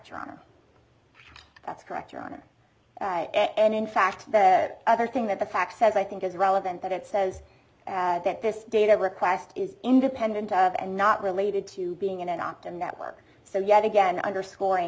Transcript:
correct that's correct your honor and in fact the other thing that the facts as i think is relevant that it says that this data request is independent of and not related to being an octave network so yet again underscoring